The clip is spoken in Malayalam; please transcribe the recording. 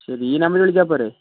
ശരി ഈ നമ്പരിൽ വിളിച്ചാൽപ്പോരേ